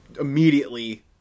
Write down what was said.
immediately